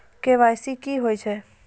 KYC की होय छै?